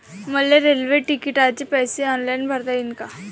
मले रेल्वे तिकिटाचे पैसे ऑनलाईन भरता येईन का?